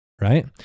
right